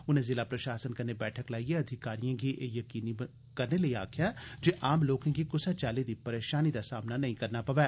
उनें जिला प्रशासन कन्नै बैठक लाइयै अधिकारिएं गी एह् जकीनी बनने लेई आक्खेआ जे आम लोकें गी कुसै चाल्ली दी परेशानी दा सामना नेई करना पवै